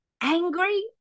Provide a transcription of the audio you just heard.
angry